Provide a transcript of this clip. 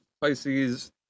pisces